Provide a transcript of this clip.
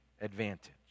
advantage